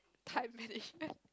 time management